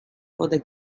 oder